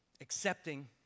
accepting